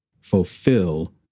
fulfill